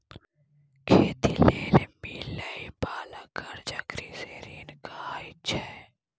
खेती लेल मिलइ बाला कर्जा कृषि ऋण कहाइ छै